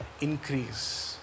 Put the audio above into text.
increase